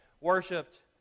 worshipped